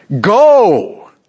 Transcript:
Go